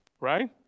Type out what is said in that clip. right